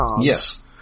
Yes